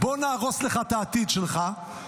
בוא נהרוס לך את העתיד שלך,